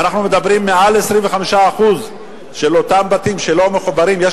ואנחנו מדברים על מעל 25% מאותם בתים שלא מחוברים לחשמל,